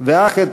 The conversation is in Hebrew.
"ואך את